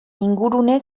ingurune